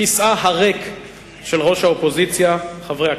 כיסאה הריק של ראש האופוזיציה, חברי הכנסת,